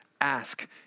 ask